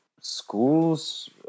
schools